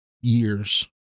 years